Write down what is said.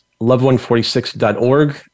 love146.org